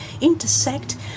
intersect